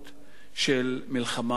של מלחמה חדשה.